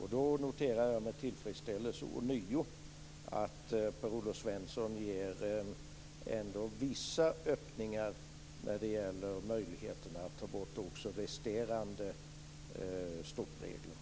Jag noterar ånyo med tillfredsställelse att Per-Olof Svensson ändå ger vissa öppningar för möjligheten att ta bort också resterande stoppregler.